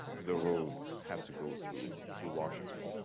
the road had to go through through washington.